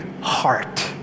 heart